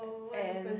and